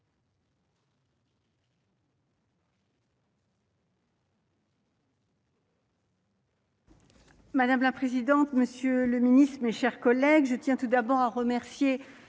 Madame la présidente, monsieur le Ministre, mes chers collègues, je tiens tout d'abord à remercier